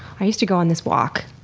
i used to go on this walk.